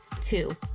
two